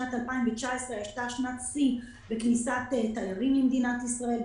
שנת 2019 היתה שנת שיא בכניסת תיירים למדינת ישראל,